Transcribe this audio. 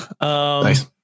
Nice